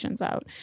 out